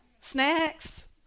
snacks